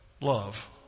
love